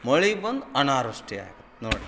ಮಳೆ ಬಂದು ಅನಾವೃಷ್ಟಿ ಆಗುತ್ತೆ ನೋಡಿರಪ್ಪ